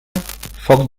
foc